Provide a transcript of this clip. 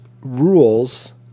rules